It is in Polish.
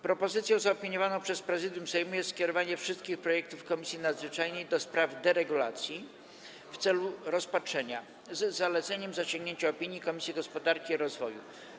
Propozycją zaopiniowaną przez Prezydium Sejmu jest skierowanie wszystkich projektów do Komisji Nadzwyczajnej do spraw deregulacji w celu rozpatrzenia, z zaleceniem zasięgnięcia opinii Komisji Gospodarki i Rozwoju.